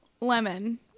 Lemon